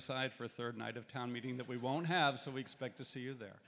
aside for a third night of town meeting that we won't have so we expect to see you there